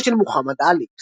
נכד של מוחמד עלי.